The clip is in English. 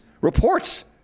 reports